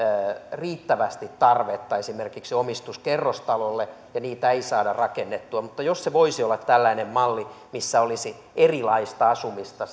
riittävästi tarvetta esimerkiksi omistuskerrostalolle ja niitä ei saada rakennettua mutta jos se voisi olla tällainen malli missä olisi erilaista asumista